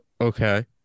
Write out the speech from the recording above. Okay